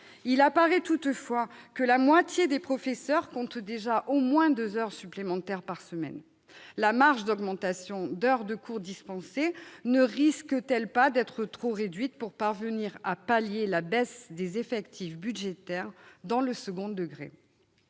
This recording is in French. Il apparaît toutefois que la moitié des professeurs compte déjà au moins deux heures supplémentaires par semaine. La marge d'augmentation d'heures de cours dispensés ne risque-t-elle pas d'être trop réduite pour parvenir à pallier la baisse des effectifs budgétaires dans le second degré ?